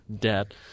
debt